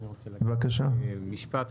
משפט,